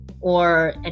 Or-